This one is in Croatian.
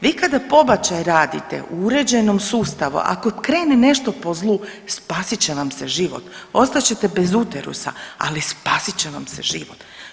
Vi kada pobačaj radite u uređenom sustavu ako krene nešto po zlu spasit će vam se život, ostat ćete bez uterusa, ali spasit će vam se život.